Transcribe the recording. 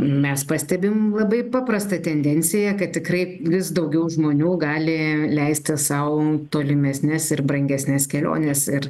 mes pastebim labai paprastą tendenciją kad tikrai vis daugiau žmonių gali leisti sau tolimesnes ir brangesnes keliones ir